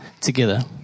together